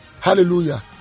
Hallelujah